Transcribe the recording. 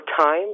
time